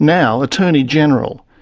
now attorney general.